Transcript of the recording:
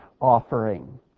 offering